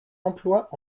emplois